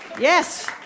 Yes